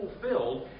fulfilled